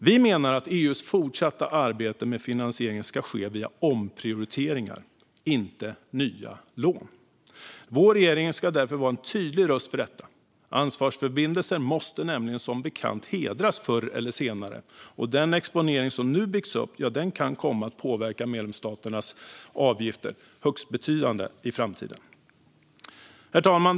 Vi menar att EU:s fortsatta arbete med finansiering ska ske via omprioriteringar, inte nya lån. Vår regering ska därför vara en tydlig röst för detta. Ansvarsförbindelser måste nämligen, som bekant, hedras förr eller senare, och den exponering som nu byggs upp kan komma att påverka medlemsstaternas avgifter högst betydande i framtiden. Herr talman!